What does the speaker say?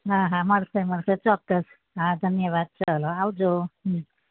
હા હા મળશે મળશે ચોક્કસ હા ધન્યવાદ ચાલો આવજો